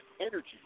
Energy